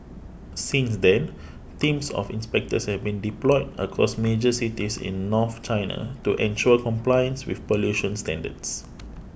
since then teams of inspectors have been deployed across major cities in north China to ensure compliance with pollution standards